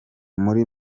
muri